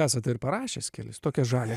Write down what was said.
esate parašęs kelis tokią žalią